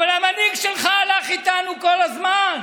אבל המנהיג שלך הלך איתנו כל הזמן.